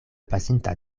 pasinta